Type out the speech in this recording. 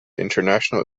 international